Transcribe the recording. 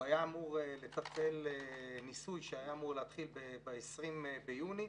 הוא היה אמור לתפעל ניסוי שהיה אמור להתחיל ב-20 ביוני,